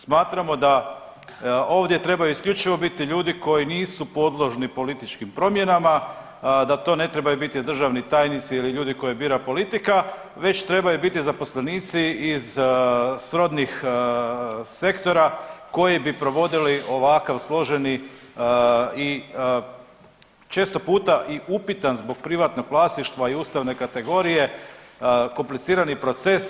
Smatramo da ovdje trebaju isključivo biti ljudi koji nisu podložni političkim promjenama, da to ne trebaju biti državni tajnici ili ljudi koje bira politika već trebaju biti zaposlenici iz srodnih sektora koji bi provodili ovakav složeni i često puta i upitan zbog privatnog vlasništva i ustavne kategorije komplicirani proces.